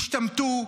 ישתמטו,